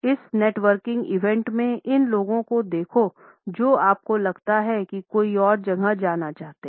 इस networking event में इन लोगों को देखो जो आपको लगता है कि कोई और जगह जाना चाहते हैं